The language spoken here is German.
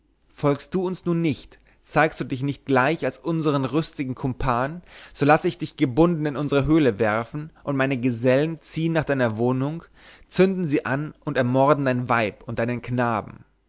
folgst du uns nun nicht zeigst du dich nicht gleich als unsern rüstigen kumpan so lasse ich dich gebunden in unsere höhle werfen und meine gesellen ziehen nach deiner wohnung zünden sie an und ermorden dein weib und deinen knaben